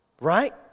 right